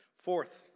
Fourth